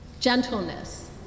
gentleness